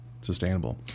sustainable